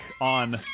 on